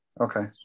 Okay